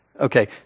Okay